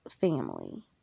Family